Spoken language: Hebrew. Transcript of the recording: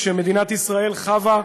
אכן, גברתי היושבת-ראש, התנועה הציונית,